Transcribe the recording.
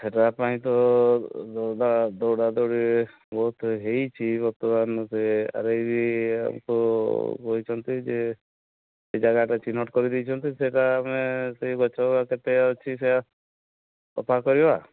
ସେଇଟା ପାଇଁ ତ ଦୌଡ଼ା ଦୌଡ଼ି ବହୁତ ହୋଇଛି ଗତ ଆମକୁ ଆର୍ ଆଇ ତ କହିଛନ୍ତି ଯେ ସେ ଜାଗାଟା ଚିହ୍ନଟ କରି ଦେଇଛନ୍ତି ସେଇଟା ଆମେ ସେ ଗଛ କେତେ ଅଛି ସେୟା କଥାବାର୍ତ୍ତା କରିବା